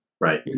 right